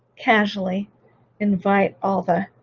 casually invite all the